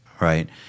right